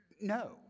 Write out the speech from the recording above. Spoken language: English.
no